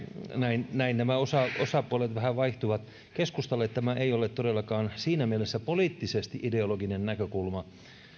näin näin nämä osapuolet vähän vaihtuvat keskustalle tämä ei ole todellakaan siinä mielessä poliittisesti ideologinen näkökulma